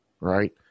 right